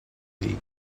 league